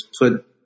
put